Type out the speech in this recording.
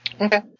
Okay